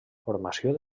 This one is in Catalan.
formació